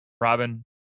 Robin